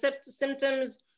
symptoms